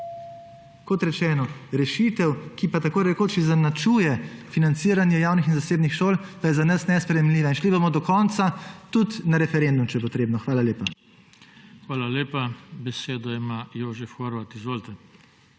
Kot rečeno, rešitev, ki pa tako rekoč izenačuje financiranje javnih in zasebnih šol, pa je za nas nesprejemljiva in šli bomo do konca, tudi na referendum, če je potrebno. Hvala lepa. **PODPREDSEDNIK JOŽE TANKO:** Hvala lepa. Besedo ima Jožef Horvat. Izvolite.